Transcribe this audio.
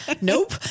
nope